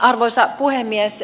arvoisa puhemies